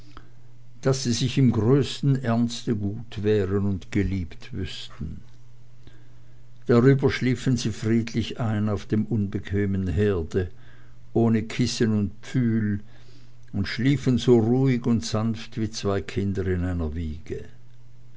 daß sie sich im größten ernste gut wären und geliebt wüßten darüber schliefen sie friedlich ein auf dem unbequemen herde ohne kissen und pfühl und schliefen so sanft und ruhig wie zwei kinder in einer wiege